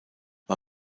war